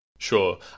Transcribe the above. Sure